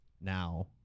now